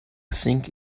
think